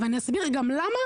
אבל אני אסביר גם למה.